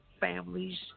families